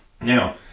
Now